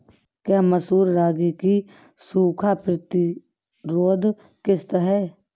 क्या मसूर रागी की सूखा प्रतिरोध किश्त है?